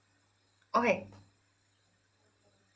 okay